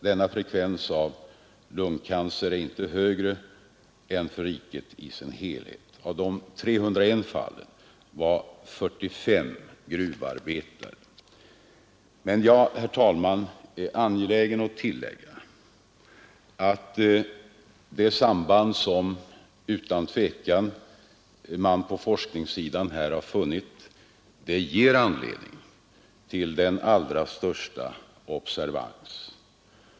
Denna frekvens av lungcancer är inte högre än för riket i dess helhet. Av de 301 fallen rörde det sig i 45 fall om gruvarbetare. Men jag är herr talman, angelägen att tillägga att det samband som man utan tvekan på forskningssidan har funnit ger anledning till den allra största observans.